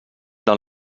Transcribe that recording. del